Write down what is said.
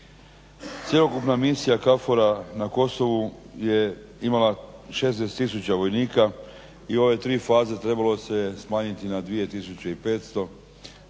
Cjelokupna Misija KFOR-a na Kosovu je imala 16 tisuća vojnika i u ove tri faze trebalo se je smanjiti na 2500